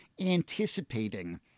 anticipating